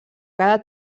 cada